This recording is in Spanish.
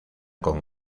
con